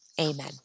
amen